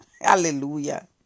Hallelujah